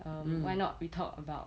why not we talk about